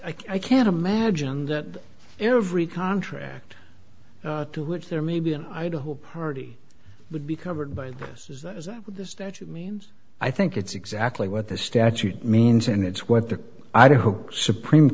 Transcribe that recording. e i can't imagine that every contract to which there may be an idaho party would be covered by the statute means i think it's exactly what the statute means and it's what the i don't know supreme